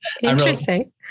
interesting